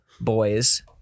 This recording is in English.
Boys